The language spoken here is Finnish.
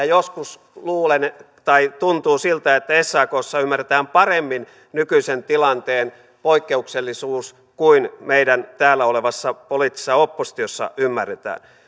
joskus tuntuu siltä että sakssa ymmärretään paremmin nykyisen tilanteen poikkeuksellisuus kuin meidän täällä olevassa poliittisessa oppositiossa ymmärretään